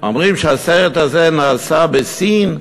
אומרים שהסרט הזה נעשה בסין,